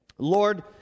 Lord